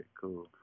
cool